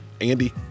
Andy